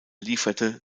lieferte